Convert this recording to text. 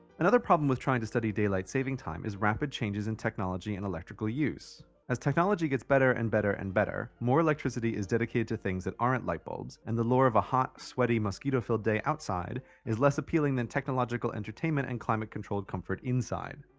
another problem when trying to study daylight saving time is rapid changes in technology and electrical use. and as technology gets better and better and better more electricity is dedicated to things that aren't light bulbs. and the lure of a hot, sweaty, mosquito-filled day outside is less appealing than technological entertainments and climate-controlled comfort inside.